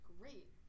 Great